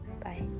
Bye